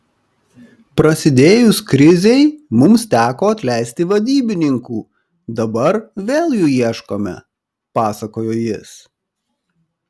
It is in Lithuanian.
prasidėjus krizei mums teko atleisti vadybininkų dabar vėl jų ieškome pasakojo jis